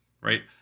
right